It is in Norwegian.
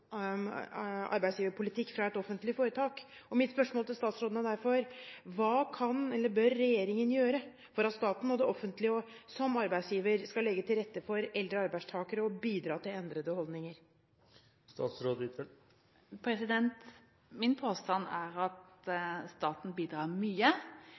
arbeidsgiverpolitikk fra et offentlig foretak. Mitt spørsmål til statsråden er derfor: Hva bør regjeringen gjøre for at staten og det offentlige som arbeidsgiver skal legge til rette for eldre arbeidstakere og bidra til endrede holdninger? Min påstand er at staten bidrar mye